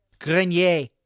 Grenier